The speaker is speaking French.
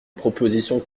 propositions